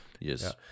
Yes